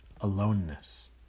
aloneness